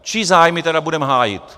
Čí zájmy tedy budeme hájit?